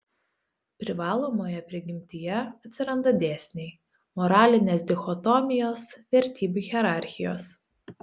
privalomoje prigimtyje atsiranda dėsniai moralinės dichotomijos vertybių hierarchijos